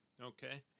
Okay